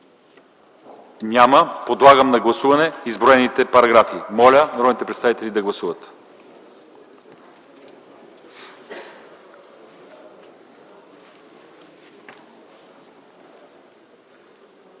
Няма. Подлагам на гласуване изброените параграфи. Моля, народните представители да гласуват.